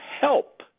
help